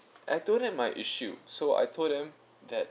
I told them my issue so I told them that